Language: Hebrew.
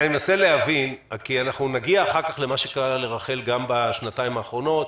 כי נגיע אחר כך למה שקרה לרח"ל בשנתיים האחרונות,